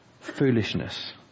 Foolishness